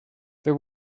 there